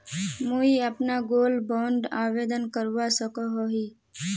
मुई अपना gold bond आवेदन करवा सकोहो ही?